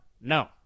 No